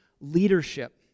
leadership